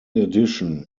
addition